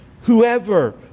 Whoever